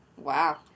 Wow